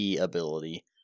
ability